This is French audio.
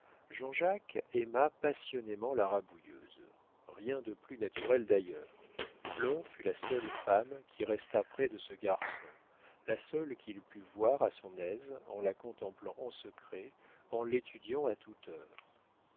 jean-jacques aima passionnément la rabouilleuse rien de plus naturel d'ailleurs flore fut la seule femme qui restât près de ce garçon la seule qu'il pût voir à son aise en la contemplant en secret en l'étudiant à toute heure